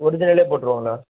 ஒரிஜினலே போட்டுருவோங்களா